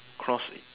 cross